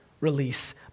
release